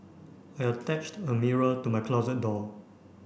I attached a mirror to my closet door